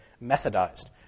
methodized